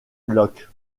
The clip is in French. locke